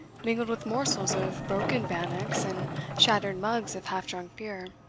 mingled with morsels of broken bannocks and shattered mugs of half-drunk beer.